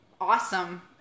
awesome